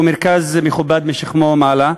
הוא מרכז מכובד, משכמו ומעלה,